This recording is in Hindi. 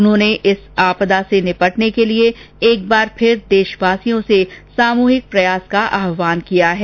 उन्होंने इस आपदा से निपटने के लिए एकबार फिर देशवासियों से सामूहिक प्रयास का आहवान किया है